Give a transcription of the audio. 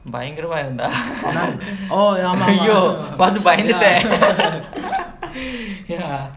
பயங்கரமா இருந்தா ஐயோ பாத்து பயந்துட்டேன்:bayangaramaa irunthaa !aiyo! paathu bayanthuttaen ya